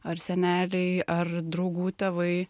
ar seneliai ar draugų tėvai